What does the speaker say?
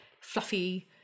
fluffy